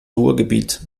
ruhrgebiet